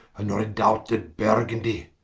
and redoubted burgundy,